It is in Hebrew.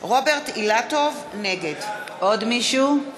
נגד עוד מישהו?